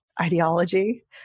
ideology